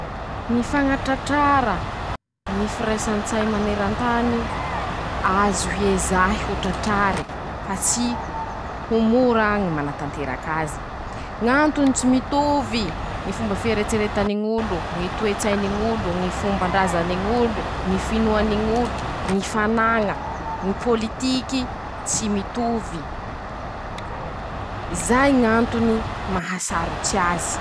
Ñy fañatratrara ñy firaisan-tsay maneran-tany. Azo hiezahy ho tratrary ,fa tsy ho mora ñy mañatanteraky azy e ;ñ'antony: -Tsy mitovy ñy fombany ñy fieretseretany ñ'olo ,ñy toe-tsainy ñ'olo ,ñy fomban-drazany ñ'olo, ñy finoany ñ'olo, ñy fanaña, ñy pôlitiky tsy mitovy ;zay ñ'antony maha saritsy azy.